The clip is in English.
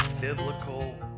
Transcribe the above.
Biblical